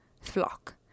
flock